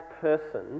person